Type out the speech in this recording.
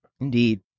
Indeed